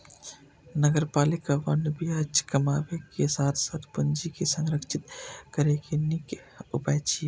नगरपालिका बांड ब्याज कमाबै के साथ साथ पूंजी के संरक्षित करै के नीक उपाय छियै